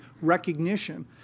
recognition